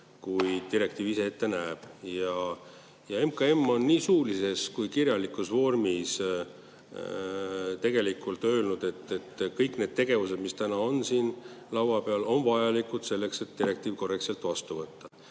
kui direktiiv ise ette näeb. MKM on nii suulises kui ka kirjalikus vormis öelnud, et kõik need tegevused, mis täna on siin laua peal, on vajalikud selleks, et direktiiv korrektselt vastu võtta.